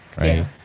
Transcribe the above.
Right